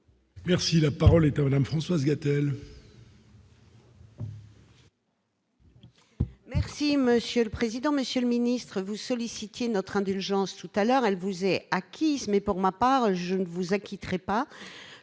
Merci, la parole est à Hollande Françoise Gatel. Merci monsieur le président, Monsieur le ministre vous solliciter notre indulgence tout à l'heure, elle vous est acquise, mais pour ma part, je ne vous ai quitteraient pas